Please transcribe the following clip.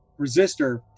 resistor